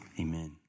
Amen